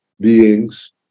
beings